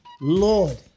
Lord